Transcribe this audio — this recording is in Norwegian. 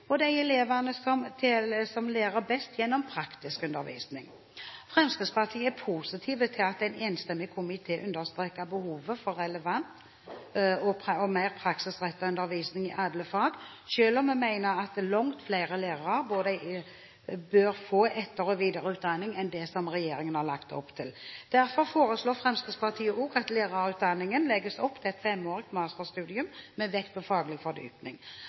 og de elevene som lærer best gjennom praktisk undervisning. Fremskrittspartiet er positive til at en enstemmig komité understreker behovet for relevant og mer praksisrettet undervisning i alle fag, selv om vi mener at langt flere lærere bør få etter- og videreutdanning enn det som regjeringen har lagt opp til. Derfor foreslår Fremskrittspartiet også at lærerutdanningen legges om til et femårig masterstudium med vekt på faglig